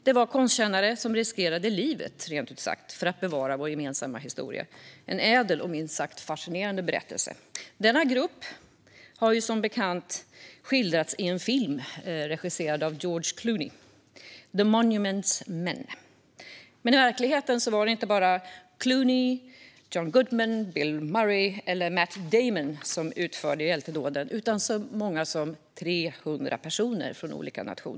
De var konstkännare som rent ut sagt riskerade livet för att bevara vår gemensamma historia. Det är en ädel och minst sagt fascinerande berättelse. Denna grupp har ju som bekant skildrats i en film regisserad av George Clooney, The Monuments Men , men i verkligheten var det inte bara Clooney, John Goodman, Bill Murray och Matt Damon som utförde hjältedåden, utan det var så många som 300 personer från olika nationer.